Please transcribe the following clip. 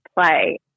play